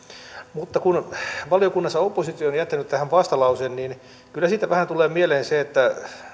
mutta kun valiokunnassa oppositio on jättänyt tähän vastalauseen niin kyllä siitä vähän tulee mieleen se että